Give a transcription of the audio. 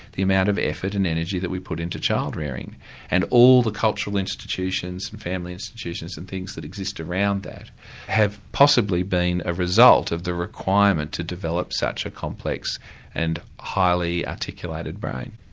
the amount of effort and energy that we put in to child rearing and all the cultural institutions and family institutions and things that exist around that have possibly been a result of the requirement to develop such a complex and highly articulated brain.